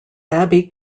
abbey